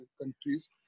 countries